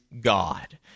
God